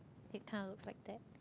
it kind of looks like that